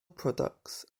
products